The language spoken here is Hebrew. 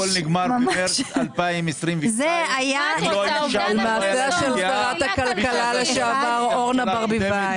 הכול נגמר במארס 2022. מעשה של שרת הכלכלה לשעבר אורנה ברביבאי.